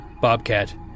bobcat